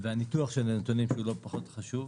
והניתוח של הנתונים, שהוא לא פחות חשוב.